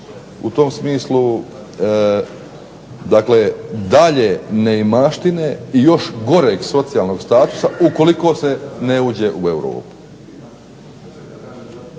u tom smislu, dakle dalje neimaštine i još goreg socijalnog statusa ukoliko se ne uđe u Europu.